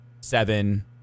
seven